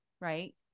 right